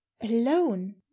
alone